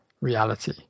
reality